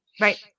Right